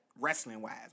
wrestling-wise